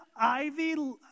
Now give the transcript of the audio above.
Ivy